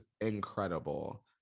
incredible